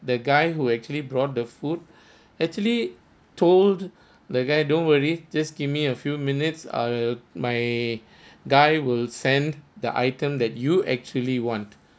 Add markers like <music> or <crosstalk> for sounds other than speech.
the guy who actually brought the food <breath> actually told the guy don't worry just give me a few minutes err my <breath> guy will send the item that you actually want